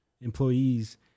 employees